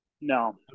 no